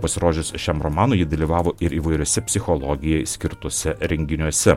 pasirodžius šiam romanui ji dalyvavo ir įvairiuose psichologijai skirtuose renginiuose